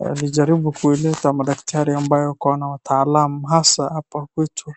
walijaribu kuileta madaktari ambayo wako na utaalamu hasa hapa kwetu